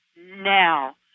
now